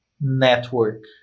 network